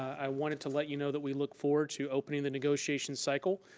i wanted to let you know that we look forward to opening the negotiations cycle.